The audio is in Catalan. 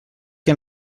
que